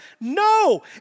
No